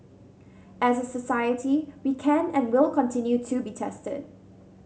as a society we can and will continue to be tested